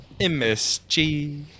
MSG